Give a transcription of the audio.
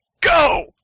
Go